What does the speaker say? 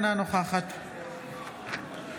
אינה נוכחת בבקשה,